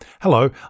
Hello